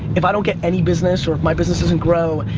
if i don't get any business or if my business doesn't grow,